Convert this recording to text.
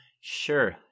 Sure